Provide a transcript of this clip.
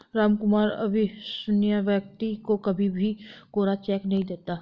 रामकुमार अविश्वसनीय व्यक्ति को कभी भी कोरा चेक नहीं देता